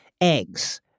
eggs